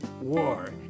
war